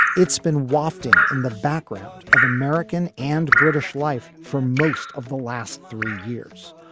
it's been wafting in the background of american and british life for most of the last three years.